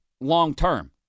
long-term